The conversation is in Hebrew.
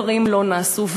הדברים לא נעשו.